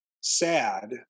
sad